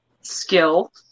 skill